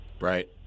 Right